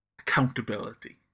accountability